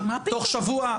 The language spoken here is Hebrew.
תוך שבוע,